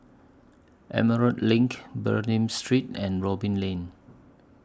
Emerald LINK Bernam Street and Robin Lane